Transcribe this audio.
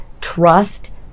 trust